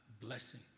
blessing